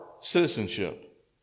citizenship